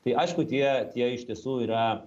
tai aišku tie tie iš tiesų yra